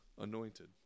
anointed